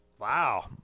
Wow